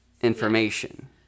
information